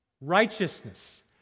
righteousness